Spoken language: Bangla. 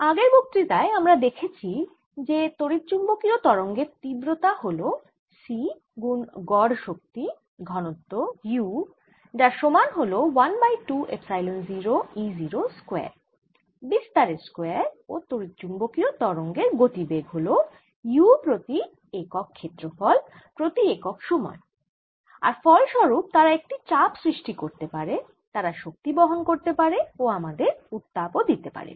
আগের বক্তৃতায় আমরা দেখেছি যে তড়িৎচুম্বকীয় তরঙ্গের তীব্রতা হল c গুন গড় শক্তি ঘনত্ব u যার সমান হল 1 বাই 2 এপসাইলন 0 E 0 স্কয়ার বিস্তারের স্কয়ার ও তড়িৎচুম্বকীয় তরঙ্গের গতিবেগ হল u প্রতি একক ক্ষেত্রফল প্রতি একক সময় আর ফল স্বরুপ তারা একটি চাপ সৃষ্টি করতে পারে তারা শক্তি বহন করতে পারে ও আমাদের উত্তাপ ও দিতে পারে